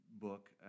book